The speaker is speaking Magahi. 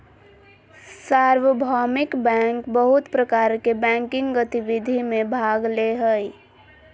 सार्वभौमिक बैंक बहुत प्रकार के बैंकिंग गतिविधि में भाग ले हइ